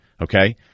okay